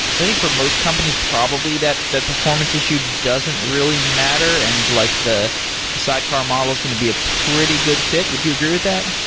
but i think for most companies, probably that that performance issue doesn't really matter, and like the the sidecar model is going to be a pretty good fit. would you agree with that?